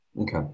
Okay